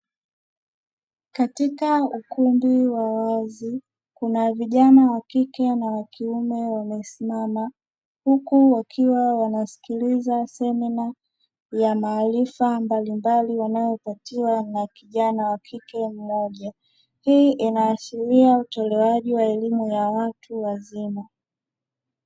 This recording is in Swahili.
Katika ukumbi wa wazi kuna vijana wakike na wakiume wamesimama, huku wakiwa wanasikiliza semina ya maarifa mbalimbali wanayo patiwa na kijana wakike mmoja. Hii inaashiria utolewaji wa elimu ya watu wazima.